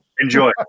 enjoy